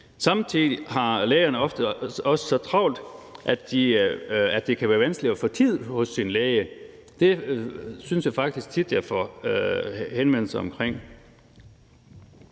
Samtidig har lægerne ofte også så travlt, at det kan være vanskeligt at få tid hos sin læge. Det synes jeg faktisk tit jeg får henvendelser omkring.